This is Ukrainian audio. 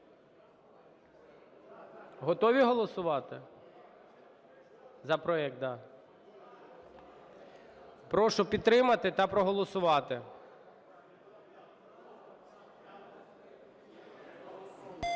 Готові голосувати за проект? Прошу підтримати та проголосувати.